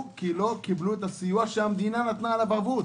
כי לא קיבלו את הסיוע שהמדינה נתנה עליו ערבות.